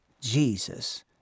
jesus